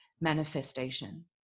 manifestation